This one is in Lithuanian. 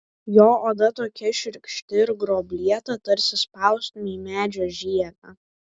jo oda tokia šiurkšti ir gruoblėta tarsi spaustumei medžio žievę